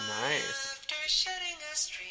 nice